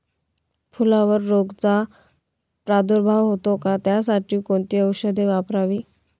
फुलावर रोगचा प्रादुर्भाव होतो का? त्यासाठी कोणती औषधे वापरावी?